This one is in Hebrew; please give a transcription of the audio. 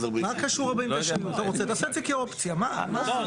אם שני